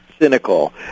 Cynical